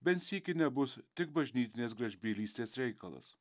bent sykį nebus tik bažnytinės gražbylystės reikalas